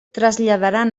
traslladaran